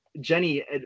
Jenny